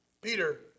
Peter